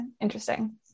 interesting